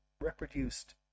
reproduced